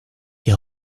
die